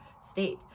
state